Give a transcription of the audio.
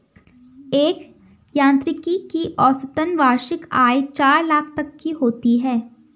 एक यांत्रिकी की औसतन वार्षिक आय चार लाख तक की होती है